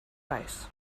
weiß